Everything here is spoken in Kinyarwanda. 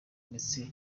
ndetse